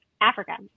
Africa